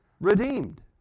redeemed